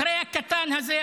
אחרי הקטן הזה,